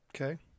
Okay